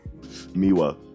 miwa